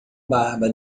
barba